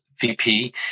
VP